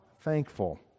thankful